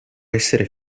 essere